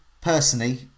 personally